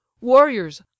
warriors